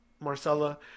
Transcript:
Marcella